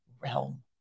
realm